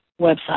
website